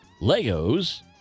Legos